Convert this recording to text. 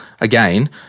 again